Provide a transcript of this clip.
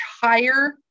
higher